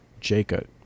Jacob